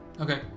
Okay